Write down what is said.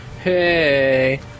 Hey